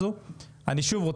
באמת דיון חשוב.